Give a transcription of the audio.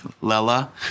Lella